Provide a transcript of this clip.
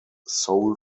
soul